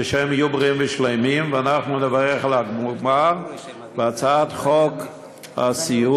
ושהם יהיו בריאים ושלמים ואנחנו נברך על המוגמר על הצעת חוק הסיעוד,